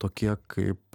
tokie kaip